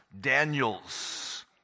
Daniels